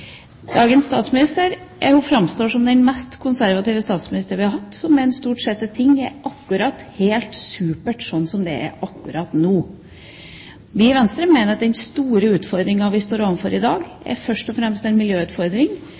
Dagens statsminister framstår som den mest konservative statsminister vi har hatt, som stort sett mener at ting er akkurat helt supert sånn som det er akkurat nå. Vi i Venstre mener at den store utfordringen vi står overfor i dag, først og fremst er en miljøutfordring,